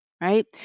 right